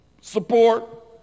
support